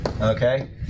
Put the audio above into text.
okay